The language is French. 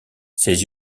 ses